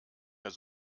mehr